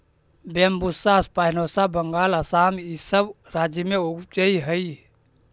Bambusa spinosa Bengal, Assam इ सब राज्य में उपजऽ हई